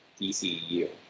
DCU